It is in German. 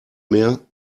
mehr